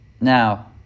Now